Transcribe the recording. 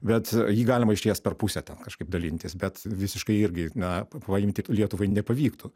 bet jį galima išties per pusę ten kažkaip dalintis bet visiškai irgi na paimti lietuvai nepavyktų